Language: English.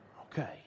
Okay